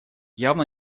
явно